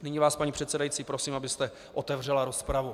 Nyní vás, paní předsedající, prosím, abyste otevřela rozpravu.